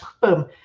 boom